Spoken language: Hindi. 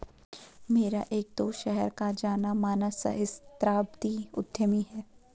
मेरा एक दोस्त शहर का जाना माना सहस्त्राब्दी उद्यमी है